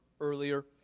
earlier